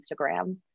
Instagram